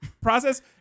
process